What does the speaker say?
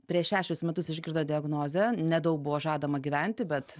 prieš šešerius metus išgirstą diagnozę nedaug buvo žadama gyventi bet